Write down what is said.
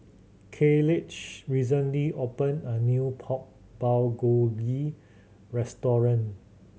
Kayleigh recently opened a new Pork Bulgogi Restaurant